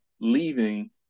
leaving